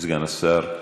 סגן השר.